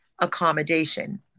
accommodation